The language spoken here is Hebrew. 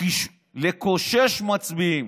לקושש מצביעים.